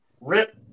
rip